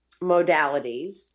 modalities